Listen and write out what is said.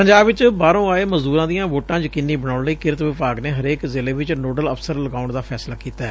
ਪੰਜਾਬ ਵਿਚ ਬਾਹਰੋਂ ਆਏ ਮਜ਼ਦੁਰਾਂ ਦੀਆਂ ਵੋਟਾਂ ਯਕੀਨੀ ਬਣਾਉਣ ਲਈ ਕਿਰਤ ਵਿਭਾਗ ਨੇ ਹਰੇਕ ਜ਼ਿਲ੍ਹੇ ਚ ਨੋਡਲ ਅਫ਼ਸਰ ਲਗਾਉਣ ਦਾ ਫੈਸਲਾ ਕੀਤੈ